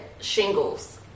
shingles